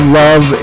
love